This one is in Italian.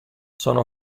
sono